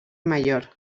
mayor